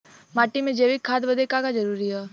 माटी में जैविक खाद बदे का का जरूरी ह?